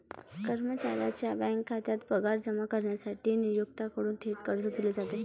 कर्मचाऱ्याच्या बँक खात्यात पगार जमा करण्यासाठी नियोक्त्याकडून थेट कर्ज दिले जाते